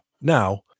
Now